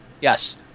Yes